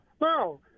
no